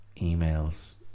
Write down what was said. emails